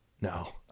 No